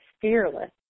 fearless